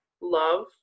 love